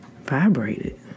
vibrated